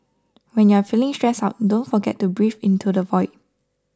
when you are feeling stressed out don't forget to breathe into the void